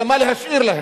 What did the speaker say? אלא מה להשאיר להם,